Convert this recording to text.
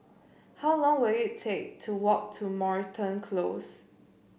how long will it take to walk to Moreton Close